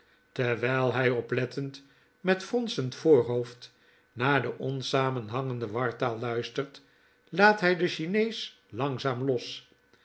terwyl hy oplettend met fronsend voorhoofd naar de onsamenhangende wartaal luistert laat hy den chinees langzaam los